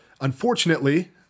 Unfortunately